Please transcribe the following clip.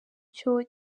cyo